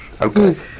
Okay